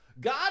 God